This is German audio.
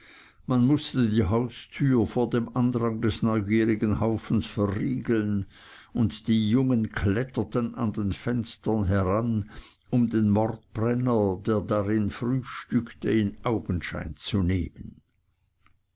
man mußte die haustür vor dem andrang des neugierigen haufens verriegeln und die jungen kletterten an den fenstern heran um den mordbrenner der darin frühstückte in augenschein zu nehmen